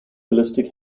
ballistic